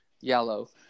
yellow